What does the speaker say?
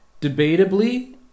debatably